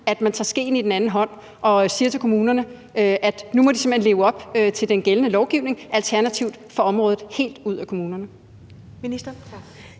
at man tager skeen i den anden hånd og siger til kommunerne, at de simpelt hen må leve op til den gældende lovgivning, eller alternativt får området taget helt ud af kommunerne.